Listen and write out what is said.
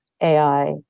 AI